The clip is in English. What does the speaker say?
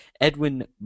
Edwin